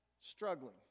struggling